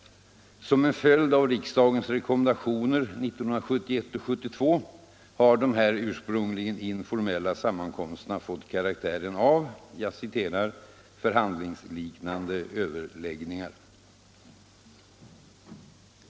Som en följd av riksdagens rekommendationer 1971 och 1972 har dessa ursprungligen informella sammankomster fått karaktären av ”förhandlingsliknande överläggningar”.